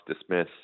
dismiss